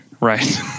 right